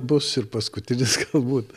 bus ir paskutinis kai galbūt